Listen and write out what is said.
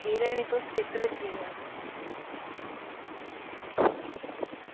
कुतै निं तुस कित्त लग्गी दियां